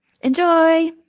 Enjoy